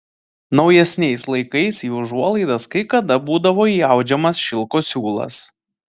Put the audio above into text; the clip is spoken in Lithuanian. naujesniais laikais į užuolaidas kai kada būdavo įaudžiamas šilko siūlas